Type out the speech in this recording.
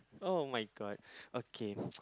[oh]-my-god okay